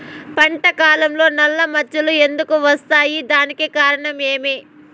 పంట కాలంలో నల్ల మచ్చలు ఎందుకు వస్తాయి? దానికి కారణం ఏమి?